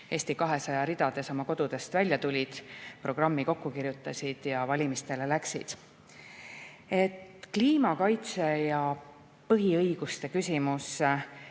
Eesti 200 ridades oma kodudest välja tulid, programmi kokku kirjutasid ja valimistele läksid. Et kliima kaitse ja põhiõiguste küsimus